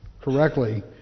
correctly